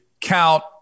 count